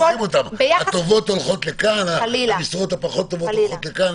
המשרות הטובות הולכות לכאן והמשרות הפחות טובות הולכות לשם?